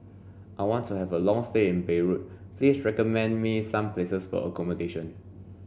I want to have a long stay in Beirut please recommend me some places for accommodation